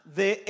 de